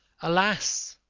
alas!